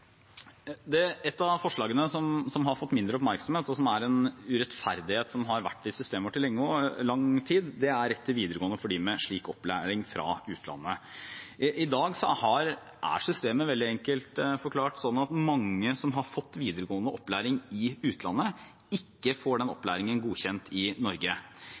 av forslagene, som har fått mindre oppmerksomhet, og som gjelder en urettferdighet som har vært i systemet vårt i lang tid, er rett til videregående opplæring for dem med slik opplæring fra utlandet. I dag er systemet, veldig enkelt forklart, slik at mange som har fått videregående opplæring i utlandet, ikke får den opplæringen godkjent i Norge.